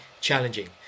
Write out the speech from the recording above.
challenging